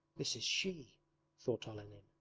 this is she thought olenin.